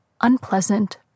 unpleasant